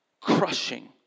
crushing